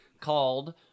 called